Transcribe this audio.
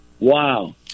Wow